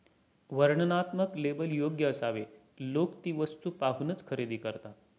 वर्णनात्मक लेबल योग्य असावे लोक ती वस्तू पाहूनच खरेदी करतात